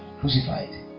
crucified